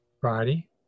Friday